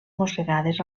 mossegades